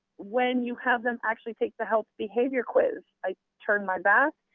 when you have them actually take the health behavior quiz, i turn my back,